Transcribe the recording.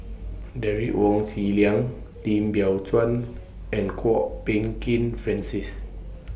Derek Wong Zi Liang Lim Biow Chuan and Kwok Peng Kin Francis